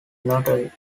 notary